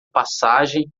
passagem